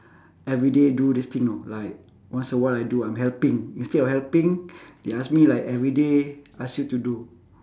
everyday do this thing you know like once a while I do I'm helping instead of helping they ask me like everyday ask you to do